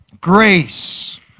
Grace